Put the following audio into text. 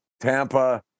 Tampa